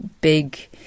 big